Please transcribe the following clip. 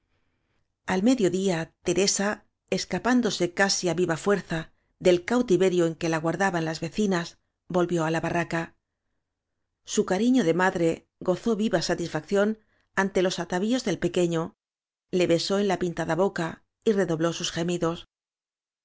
medio día teresa escapándose casi á viva fuerza del cautiverio en que la guardaban las vecinas volvió á la barraca su cariño de madre pdzó viva satisfacción ante los atavíos del pequeño le besó en la pintada boca y redobló sus gemidos